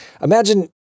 imagine